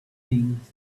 things